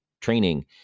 training